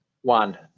One